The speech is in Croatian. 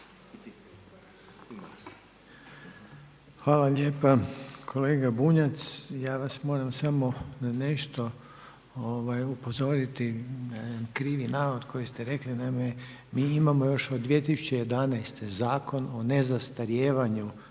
Hvala lijepa kolega Bunjac. Ja vas moram samo na nešto upozoriti krivi navod koji ste rekli. Naime, mi imamo još od 2011. Zakon o nezastarijevanju